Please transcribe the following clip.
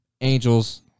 Angels